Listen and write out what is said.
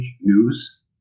news